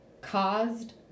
caused